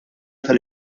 tal